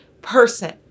person